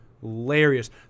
hilarious